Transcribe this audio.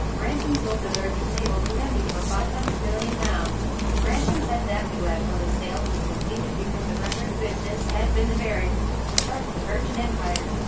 branson sold the virgin label to emi for five hundred million. and branson said that he wept when the sale was completed because the record business had been the very start of the virgin empire.